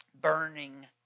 burning